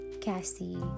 Cassie